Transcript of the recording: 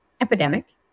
epidemic